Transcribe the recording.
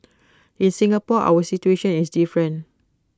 in Singapore our situation is different